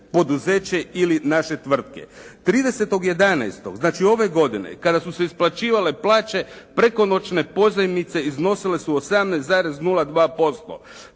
poduzeće ili naše tvrtke. 30. 11. znači ove godine kada su se isplaćivale plaće prekonoćne pozajmice iznosile su 18,02%,